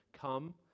Come